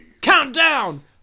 Countdown